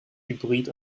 hybrid